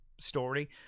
story